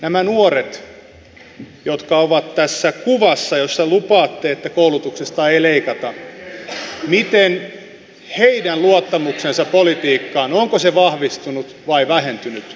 nämä nuoret jotka ovat tässä kuvassa jossa lupaatte että koulutuksesta ei leikata onko heidän luottamuksensa politiikkaan vahvistunut vai vähentynyt